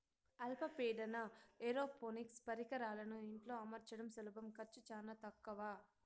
అల్ప పీడన ఏరోపోనిక్స్ పరికరాలను ఇంట్లో అమర్చడం సులభం ఖర్చు చానా తక్కవ